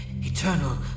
eternal